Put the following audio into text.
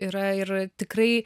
yra ir tikrai